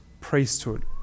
priesthood